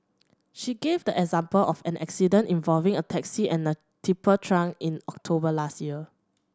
she gave the example of an accident involving a taxi and a tipper truck in October last year